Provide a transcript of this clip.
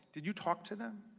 did you talk to them?